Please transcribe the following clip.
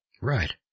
Right